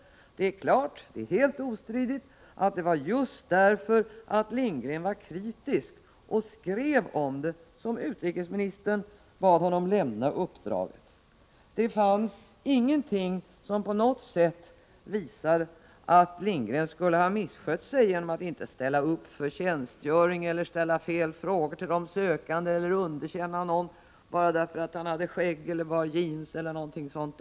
Det är klart, helt ostridigt, att det var just därför att Lindgren var kritisk och skrev om det som utrikesministern bad honom lämna uppdraget. Det finns ingenting som på något sätt visar att Lindgren skulle ha missskött sig genom att inte ställa upp för tjänstgöring, ställa fel frågor till de sökande eller underkänna någon bara därför att vederbörande hade skägg, bar jeans eller något sådant.